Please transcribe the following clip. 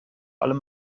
allem